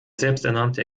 selbsternannte